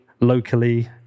locally